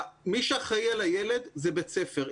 מי שאחראי על הילד זה בית ספר.